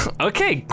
Okay